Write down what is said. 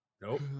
Nope